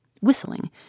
whistling